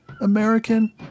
American